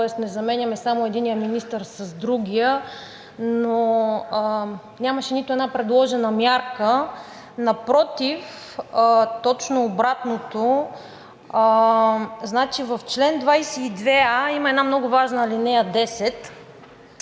Тоест не заменяме само единия министър с другия. Нямаше нито една предложена мярка. Напротив, точно обратното. Значи в чл. 22а има една много важна ал. 10,